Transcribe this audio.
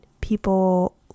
people